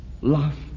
Love